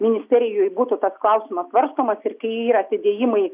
ministerijoj būtų tas klausimas svarstomas ir kai yra atidėjimai